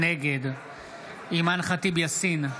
נגד אימאן ח'טיב יאסין,